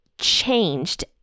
changed